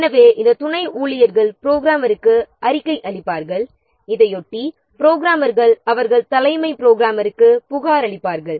எனவே இந்த துணை ஊழியர்கள் புரோகிராமருக்கு ரிபோர்ட் செய்வார்கள் இதையொட்டி புரோகிராமர்கள் அவர்கள் தலைமை புரோகிராமருக்கு ரிபோர்ட் செய்வார்கள்